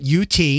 UT